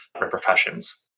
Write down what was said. repercussions